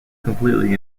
completely